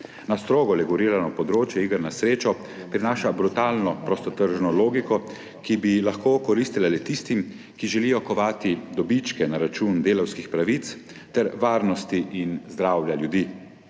Na strogo regulirano področje iger na srečo prinaša brutalno prostotržno logiko, ki bi lahko koristila le tistim, ki želijo kovati dobičke na račun delavskih pravic ter varnosti in zdravja ljudi.